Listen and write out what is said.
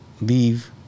leave